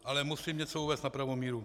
Ale musím něco uvést na pravou míru.